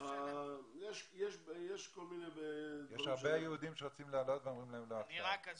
יש הרבה יהודים שרוצים לעלות ואומרים להם לא עכשיו.